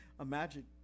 Imagine